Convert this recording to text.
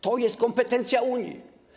To jest kompetencja Unii.